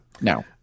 no